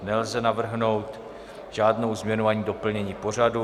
Nelze navrhnout žádnou změnu ani doplnění pořadu.